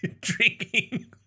drinking